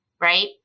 right